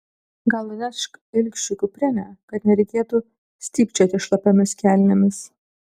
gal nunešk ilgšiui kuprinę kad nereikėtų stypčioti šlapiomis kelnėmis